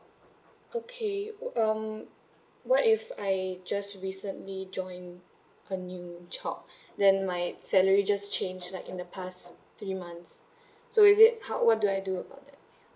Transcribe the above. okay um what if I just recently joined a new job then my salary just changed like in the past three months so is it how what do I do about that